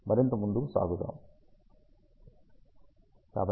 మరింత ముందుకు సాగుదాం